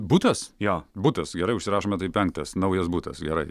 butas jo butas gerai užsirašome tai penktas naujas butas gerai